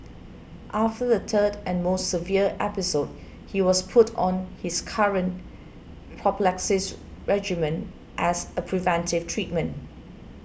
after the third and most severe episode he was put on his current prophylaxis regimen as a preventive treatment